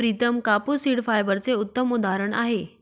प्रितम कापूस सीड फायबरचे उत्तम उदाहरण आहे